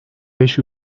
beş